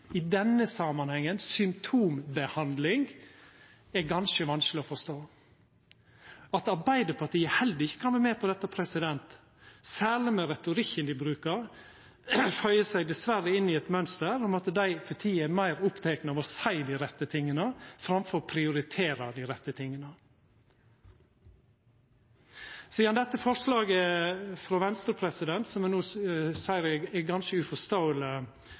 i denne samanhengen symptombehandling, er ganske vanskeleg å forstå. At Arbeidarpartiet heller ikkje kan vera med på dette, særleg med den retorikken dei brukar, føyer seg dessverre inn i eit mønster, for dei er meir opptekne av å seia dei rette tinga framfor å prioritera dei rette tinga. Sidan dette forslaget frå Venstre, som eg no ser ganske uforståeleg